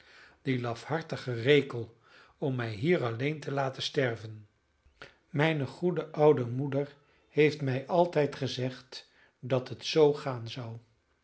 die lafhartige rekel om mij hier alleen te laten sterven mijne goede oude moeder heeft mij altijd gezegd dat het zoo gaan zou